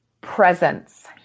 presence